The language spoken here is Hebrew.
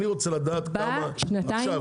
אני רוצה לדעת כמה עכשיו.